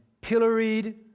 pilloried